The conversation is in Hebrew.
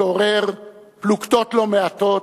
שעורר פלוגתות לא מעטות,